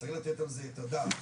צריך לתת על זה את הדעת.